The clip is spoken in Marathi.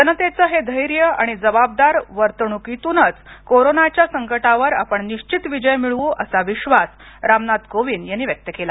जनतेचं हे धैर्य आणि जबाबदार वर्तणुकीतूनच कोरोनाच्या संकटावर आपण निश्वित विजय मिळवू असा विश्वास रामनाथ कोविंद यांनी व्यक्त केला